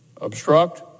obstruct